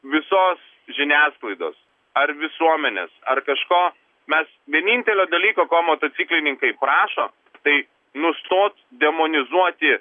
visos žiniasklaidos ar visuomenės ar kažko mes vienintelio dalyko ko motociklininkai prašo tai nustot demonizuoti